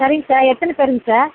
சரிங்க சார் எத்தனை பேருங்க சார்